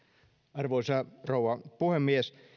arvoisa rouva puhemies